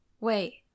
Wait